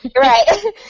Right